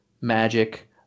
magic